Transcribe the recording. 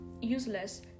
useless